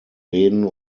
reden